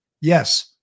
Yes